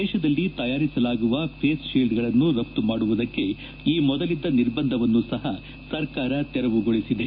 ದೇಶದಲ್ಲಿ ತಯಾರಿಸಲಾಗುವ ಫೇಸ್ತೀಲ್ಡ್ಗಳನ್ನು ರಫ್ತು ಮಾಡುವುದಕ್ಕೆ ಈ ಮೊದಲಿದ್ದ ನಿರ್ಬಂಧವನ್ನು ಸಹ ಸರ್ಕಾರ ತೆರವುಗೊಳಿಸಿದೆ